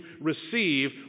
receive